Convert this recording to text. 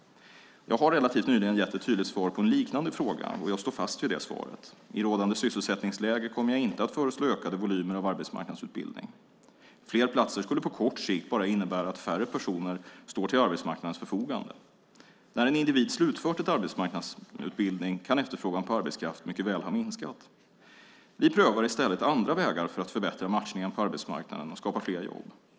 Jag har relativt nyligen gett ett tydligt svar på en liknande fråga. Jag står fast vid det svaret. I rådande sysselsättningsläge kommer jag inte att föreslå ökade volymer av arbetsmarknadsutbildning. Fler platser skulle på kort sikt bara innebära att färre personer står till arbetsmarknadens förfogande. När en individ slutfört en arbetsmarknadsutbildning kan efterfrågan på arbetskraft mycket väl ha minskat. Vi prövar i stället andra vägar för att förbättra matchningen på arbetsmarknaden och skapa fler jobb.